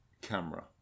camera